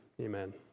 amen